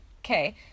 Okay